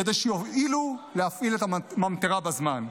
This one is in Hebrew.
כדי שיואילו להפעיל את הממטרה בזמן.